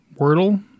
Wordle